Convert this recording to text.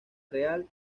real